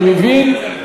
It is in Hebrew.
אני מבין.